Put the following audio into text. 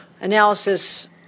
analysis